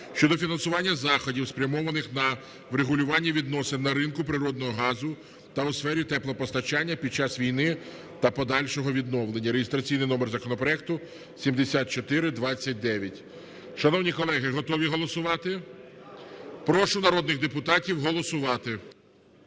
(щодо фінансування заходів, спрямованих на врегулювання відносин на ринку природного газу та у сфері теплопостачання під час війни та подальшого відновлення) (реєстраційний номер законопроекту 7429). Шановні колеги, готові голосувати? Прошу народних депутатів голосувати.